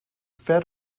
fed